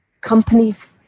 companies